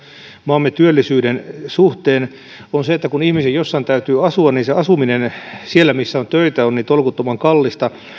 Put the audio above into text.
maamme työllisyyden suhteen on se että kun ihmisen jossain täytyy asua niin se asuminen siellä missä on töitä on niin tolkuttoman kallista